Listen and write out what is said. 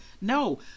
No